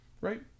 Right